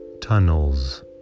tunnels